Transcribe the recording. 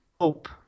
hope